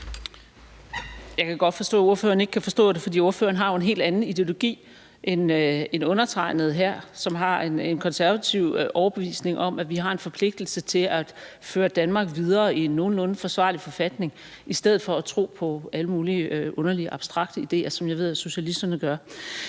Jeg kan godt forstå, at ordføreren ikke kan forstå det, fordi ordføreren jo har en helt anden ideologi end undertegnede her, som har en konservativ overbevisning om, at vi har en forpligtelse til at føre Danmark videre i en nogenlunde forsvarlig forfatning, i stedet for at tro på alle mulige underlige abstrakte ideer, som jeg ved at socialisterne gør.